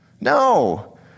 No